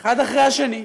אחד אחרי השני,